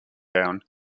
down